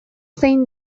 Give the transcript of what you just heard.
zein